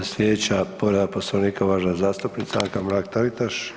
Sljedeća povreda Poslovnika uvažena zastupnica Anka Mrak Taritaš.